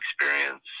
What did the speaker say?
experience